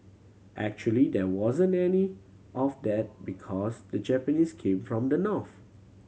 actually there wasn't any of that because the Japanese came from the north